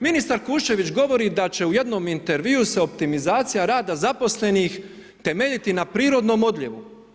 Ministar Kuščević govori da će u jednom intervju se optimizacija rada zaposlenih temeljiti na prirodnom odljevu.